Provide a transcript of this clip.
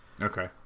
okay